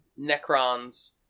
Necrons